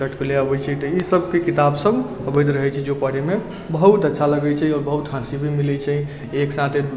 चुटकुल्ले अबै छै तऽ ई सभके किताब सभ अबैत रहै छै जे पढ़ैमे बहुत अच्छा लगै छै आओर बहुत हँसी भी मिलै छै एक साथे